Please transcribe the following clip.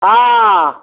हँ